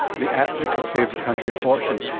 the app that could save the country a fortune!